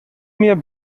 mir